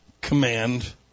command